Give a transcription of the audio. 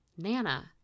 Nana